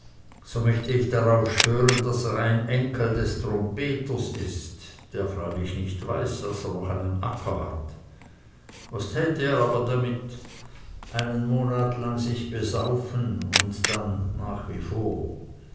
so möchte ich darauf schwören daß er ein enkel des trompeters ist der freilich nicht weiß daß er noch einen acker hat was täte er aber damit einen monat lang sich besaufen und dann nach wie vor